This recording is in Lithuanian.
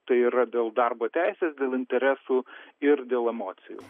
tai yra dėl darbo teisės interesų ir dėl emocijų